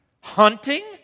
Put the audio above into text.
Hunting